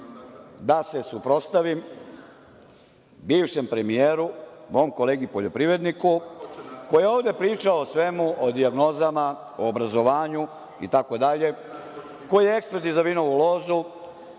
da se suprotstavim bivšem premijeru, mom kolegi poljoprivredniku, koji je ovde pričao o svemu, o dijagnozama, o obrazovanju itd, koji je ekspert i za vinovu lozu,